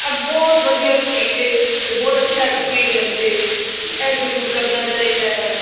ਇਹ ਬਹੁਤ ਵਧੀਆ ਚੀਜ਼ ਏ ਅਤੇ ਬਹੁਤ ਅੱਛਾ ਐਕਸਪੀਰੀਅਸ ਏ ਇਹ ਜ਼ਰੂਰ ਕਰਨਾ ਚਾਹੀਦਾ ਹੈ